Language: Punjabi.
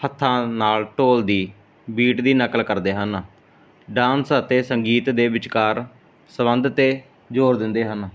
ਹੱਥਾਂ ਨਾਲ ਢੋਲ ਦੀ ਬੀਟ ਦੀ ਨਕਲ ਕਰਦੇ ਹਨ ਡਾਂਸ ਅਤੇ ਸੰਗੀਤ ਦੇ ਵਿਚਕਾਰ ਸੰਬੰਧ 'ਤੇ ਜ਼ੋਰ ਦਿੰਦੇ ਹਨ